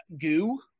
goo